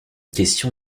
question